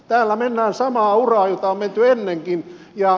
täällä mennään samaa uraa jota on menty ennenkin